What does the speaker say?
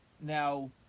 Now